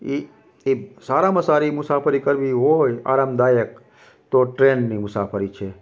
એ એ સારામાં સારી મુસાફરી કરવી હોય આરામદાયક તો ટ્રેનની મુસાફરી છે